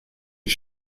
die